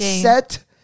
set